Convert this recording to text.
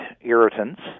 irritants